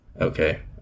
Okay